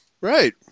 Right